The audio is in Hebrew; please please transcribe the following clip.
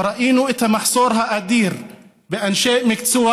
וראינו את המחסור האדיר באנשי מקצוע